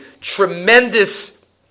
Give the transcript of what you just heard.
tremendous